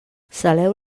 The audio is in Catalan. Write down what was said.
saleu